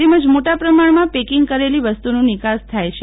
તેમજ મોટા પ્રમાણમાં પેકીગ કરેલી વસ્તુની નિકાસ પણ થાય છે